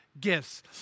gifts